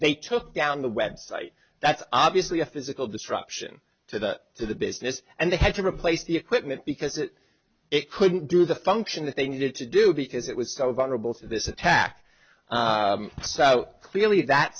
they took down the website that's obviously a physical disruption to the to the business and they had to replace the equipment because it couldn't do the function that they needed to do because it was so vulnerable to this attack so clearly that